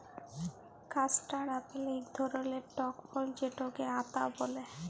custard apple ইক ধরলের টক ফল যেটকে আতা ব্যলে